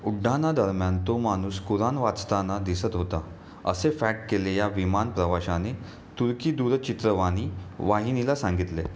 उड्डाणादरम्यान तो माणूस कुराण वाचताना दिसत होता असे फॅट केले या विमान प्रवाशाने तुर्की दूरचित्रवाणी वाहिनीला सांगितले